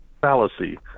fallacy